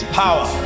power